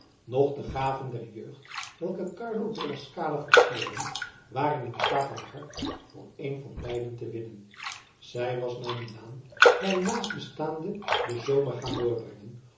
noch de gaven der jeugd welke carlo della scala versierden waren in staat haar hart voor een van beiden te winnen zij was naar milaan bij een naastbestaande den zomer gaan doorbrengen